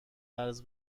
قرض